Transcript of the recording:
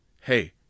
hey